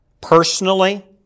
personally